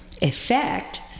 effect